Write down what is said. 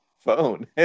Phone